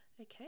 okay